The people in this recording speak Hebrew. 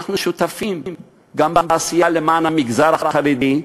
אנחנו שותפים גם בעשייה למען המגזר החרדי,